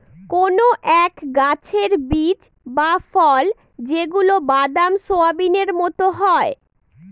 কোনো এক গাছের বীজ বা ফল যেগুলা বাদাম, সোয়াবিনের মতো হয়